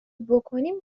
بکنیم